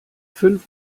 fünf